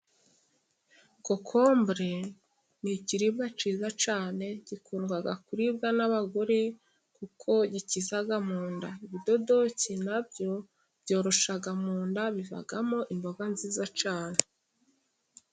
Kokombure ni ikiribwa cyiza cyane gikunda kuribwa n'abagore kuko gikiza mu nda, ibidodoke nabyo byoroshaya mu nda bivamo imboga nziza cyane.